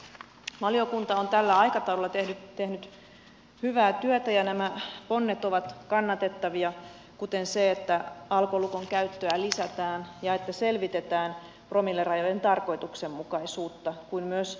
valiokunta on tällä aikataululla tehnyt hyvää työtä ja nämä ponnet ovat kannatettavia kuten se että alkolukon käyttöä lisätään ja että selvitetään promillerajojen tarkoituksenmukaisuutta kuten myös rangaistuskäytäntöjä